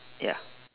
ya